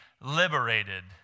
liberated